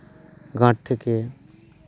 guard ᱛᱷᱮᱠᱮ